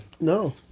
no